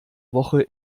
woche